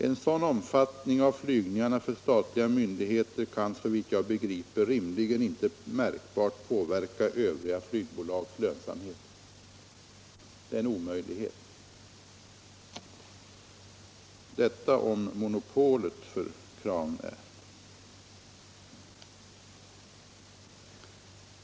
En sådan omfattning av flygningarna för statliga myndigheter kan såvitt jag begriper inte rimligen märkbart påverka övriga flygbolags lönsamhet; det är en omöjlighet. — Detta om monopolet för Crownair.